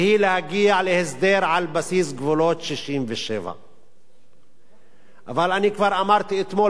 והיא להגיע להסדר על בסיס גבולות 67'. אבל אני כבר אמרתי אתמול כאן